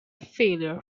failure